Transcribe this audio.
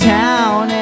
town